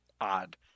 odd